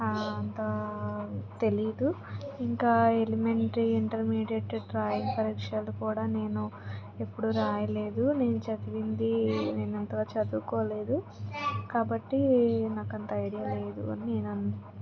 అంత తెలియదు ఇంకా ఎలిమెంటరీ ఇంటర్మీడియట్ డ్రాయింగ్ పరీక్షలు కూడా నేను ఎప్పుడు రాయలేదు నేను చదివింది నేను అంతగా చదువుకోలేదు కాబట్టి నాకు అంత ఐడియా లేదు అని నేను అన్